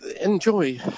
enjoy